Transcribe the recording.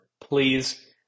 please